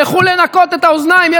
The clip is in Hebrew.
לכו לנקות את האוזניים.